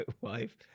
wife